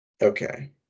Okay